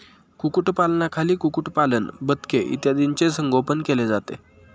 कुक्कुटपालनाखाली कुक्कुटपालन, बदके इत्यादींचे संगोपन केले जाते